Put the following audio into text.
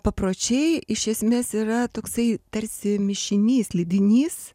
papročiai iš esmės yra toksai tarsi mišinys lydinys